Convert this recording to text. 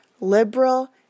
liberal